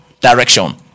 direction